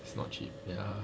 it's not cheap ya